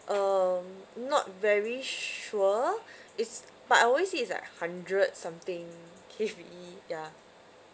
um not very sure it's but I always see it's like hundred something K_B ya